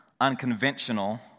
unconventional